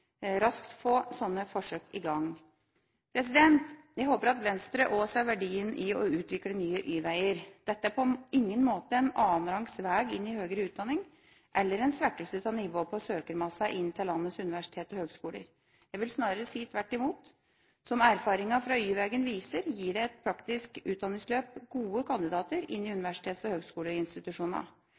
få slike forsøk i gang. Jeg håper at Venstre også ser verdien i å utvikle nye Y-veier. Det er på ingen måte en annenrangs vei inn til høyere utdanning, eller en svekkelse av nivået på søkermassen til landets universiteter og høyskoler – jeg vil snarere si tvert imot. Som erfaringene fra Y-veien viser, gir et praktisk utdanningsløp gode kandidater til universitets- og høyskoleinstitusjonene. La meg i den forbindelse også rette oppmerksomheten mot realkompetansevurdering og